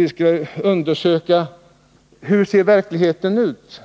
man skall undersöka hur verkligheten ser ut.